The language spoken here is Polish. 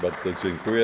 Bardzo dziękuję.